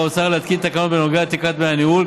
האוצר להתקין תקנות בנוגע לתקרת דמי הניהול,